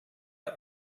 der